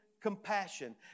compassion